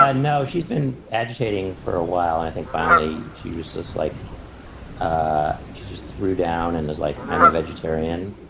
ah no, she's been agitating for a while. and i think finally she was just like she just threw down and was like, i'm a vegetarian.